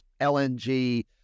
LNG